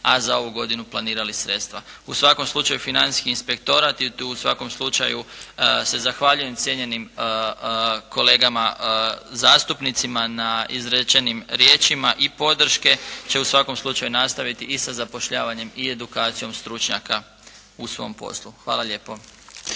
a za ovu godinu planirali sredstva. U svakom slučaju Financijski inspektorat i u svakom slučaju se zahvaljujem cijenjenim kolegama zastupnicima na izrečenim riječima i podrške će u svakom slučaju nastaviti i sa zapošljavanjem i edukacijom stručnjaka u svom poslu. Hvala lijepo.